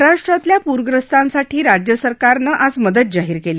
महाराष्ट्रातल्या पूरग्रस्तांसाठी राज्य सरकारनं आज मदत जाहीर क्ली